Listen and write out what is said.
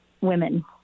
women